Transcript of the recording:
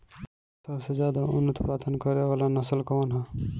सबसे ज्यादा उन उत्पादन करे वाला नस्ल कवन ह?